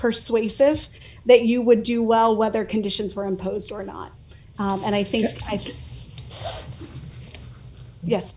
persuasive that you would do well weather conditions were imposed or not and i think i